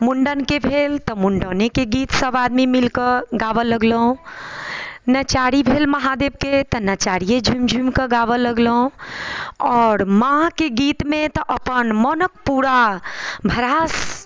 मुण्डनके भेल तऽ मुण्डनेके गीत सभ आदमी मिल कऽ गाबऽ लगलहुँ नचारी भेल महादेवके तऽ नचारिए झुमि झुमि कऽ गाबऽ लगलहुँ आओर माँके गीतमे तऽ अपन पूरा भरास